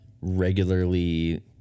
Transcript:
regularly